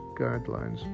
guidelines